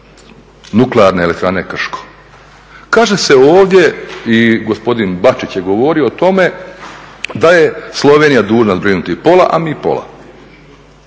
Nuklearne elektrane Krško. Kaže se ovdje i gospodin Bačić je govorio o tome da je Slovenija dužna zbrinuti pola, a mi pola.